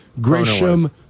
Grisham